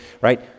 right